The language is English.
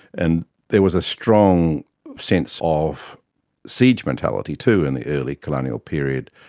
and there was a strong sense of siege mentality too in the early colonial period,